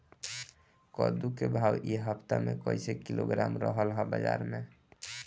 कद्दू के भाव इ हफ्ता मे कइसे किलोग्राम रहल ह बाज़ार मे?